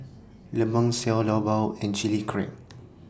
Lemang Xiao Long Bao and Chilli Crab